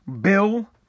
bill